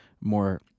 more